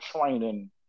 training